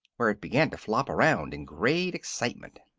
where it began to flop around in great excitement.